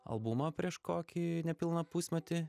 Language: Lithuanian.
albumą prieš kokį nepilną pusmetį